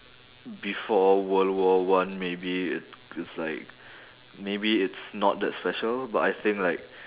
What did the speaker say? before world war one maybe it is like maybe it's not that special but I think like